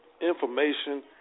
information